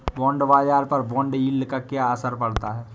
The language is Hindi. बॉन्ड बाजार पर बॉन्ड यील्ड का क्या असर पड़ता है?